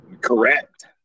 Correct